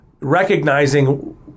recognizing